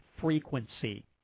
frequency